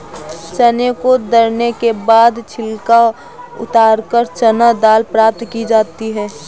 चने को दरने के बाद छिलका उतारकर चना दाल प्राप्त की जाती है